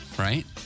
Right